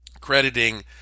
crediting